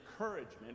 encouragement